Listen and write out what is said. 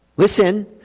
Listen